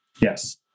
yes